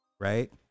Right